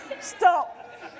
Stop